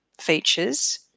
features